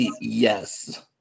Yes